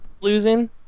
losing